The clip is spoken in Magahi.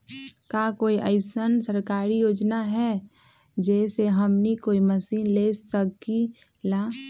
का कोई अइसन सरकारी योजना है जै से हमनी कोई मशीन ले सकीं ला?